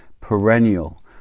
perennial